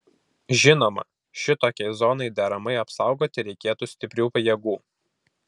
žinoma šitokiai zonai deramai apsaugoti reikėtų stiprių pajėgų